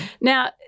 Now